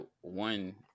one